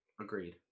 Agreed